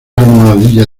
almohadilla